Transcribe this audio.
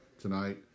tonight